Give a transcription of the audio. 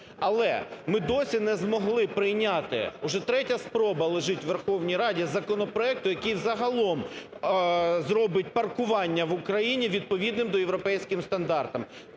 Але ми досі не змогли прийняти – уже третя спроба лежить у Верховній Раді – законопроекту, який загалом зробить паркування в Україні відповідним (до) європейським стандартам.